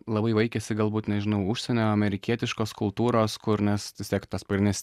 labai vaikėsi galbūt nežinau užsienio amerikietiškos kultūros kur nes vis tiek tas pagrindinis